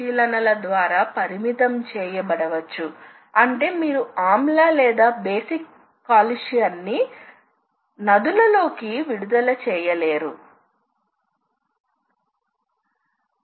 ఈ ఒకటి లేదా ఇది తయారు చేయబడుతుంది కాబట్టి ఇవి వివిధ అక్షాల తో పాటు ఉన్న సర్కులర్ ఇంటర్పోలేషన్ దిశలు